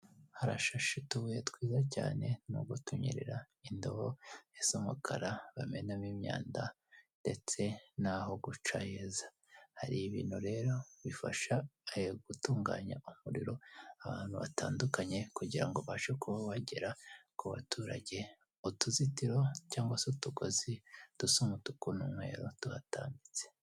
Harashashe utubuye twiza cyane nubwo tunyerera, indobo isa umukara bamenamo imyanda ndetse n'aho guca heza hari ibintu rero bifasha gutunganya umuriro ahantu hatandukanye kugira ngo ubashe kuba bagera ku baturage utuzitiro cyangwa se utugozi dusa umutuku n'umweru tuhatambitse.